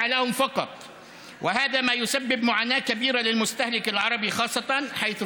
השייכים להן בלבד, ובכך